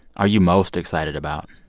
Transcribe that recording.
are you most excited about?